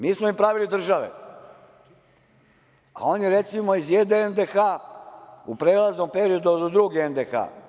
Mi smo im pravili države, a oni, recimo, iz jedne NDH, u prelaznom periodu, do druge NDH.